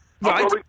Right